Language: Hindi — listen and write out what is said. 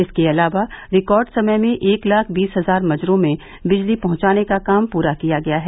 इसके अलावा रिकार्ड समय में एक लाख बीस हज़ार मज़रों में बिजली पहुंचाने का काम पूरा किया गया है